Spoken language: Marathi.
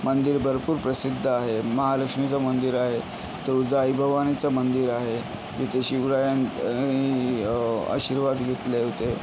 मंदिर भरपूर प्रसिद्ध आहे मालक्ष्मीचं मंदिर आहे तुळजा आई भवानीचं मंदिर आहे तिथे शिवरायांनी आशीर्वाद घेतले होते